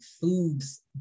foods